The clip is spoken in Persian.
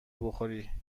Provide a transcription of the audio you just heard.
بخوری